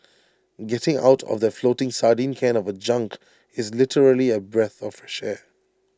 getting out of that floating sardine can of A junk is literally A breath of fresh air